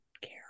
care